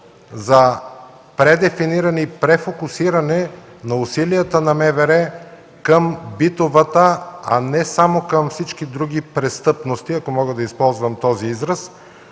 за предефиниране и префокусиране на усилията на МВР към битовата, а не само към всички други престъпности, ако мога да използвам този израз.